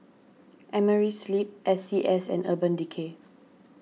Amerisleep S C S and Urban Decay